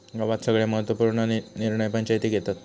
गावात सगळे महत्त्व पूर्ण निर्णय पंचायती घेतत